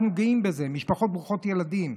אנחנו גאים במשפחות ברוכות ילדים.